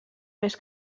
més